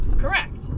correct